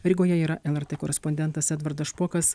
rygoje yra lrt korespondentas edvardas špokas